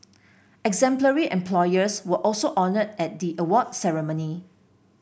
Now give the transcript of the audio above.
exemplary employers were also honoured at the award ceremony